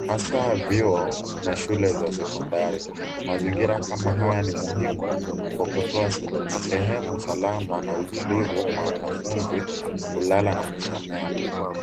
hasa vyuo na shule za sekondari. Mazingira kama haya ni muhimu kwa kutoa sehemu salama na utulivu kwa wanafunzi kulala na kusomea.